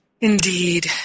Indeed